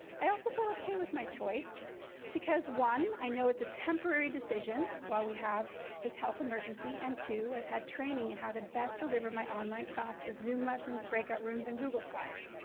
i also felt okay with my choice because one, i know it's a temporary decision, while we have this health emergency and two i've had training in how to best deliver my online class with zoom lessons, breakout rooms and google slides.